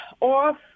off